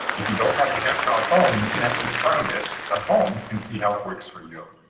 if you don't have a captel phone, you can actually try this at home and see how it works for you.